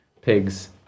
pigs